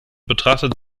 betrachtet